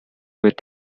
with